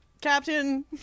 Captain